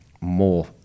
more